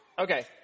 okay